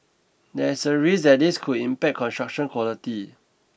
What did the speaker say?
there is a risk that this could impact construction quality